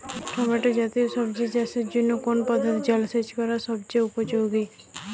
Tomato জাতীয় সবজি চাষের জন্য কোন পদ্ধতিতে জলসেচ করা সবচেয়ে উপযোগী?